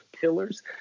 pillars